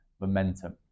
momentum